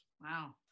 Wow